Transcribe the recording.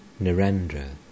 Narendra